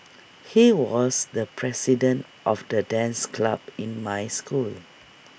he was the president of the dance club in my school